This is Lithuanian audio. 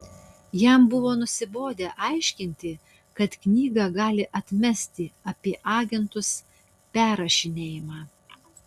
jam buvo nusibodę aiškinti kad knygą gali atmesti apie agentus perrašinėjimą